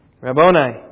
Rabboni